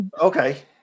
okay